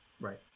Right